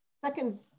second